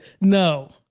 No